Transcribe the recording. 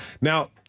Now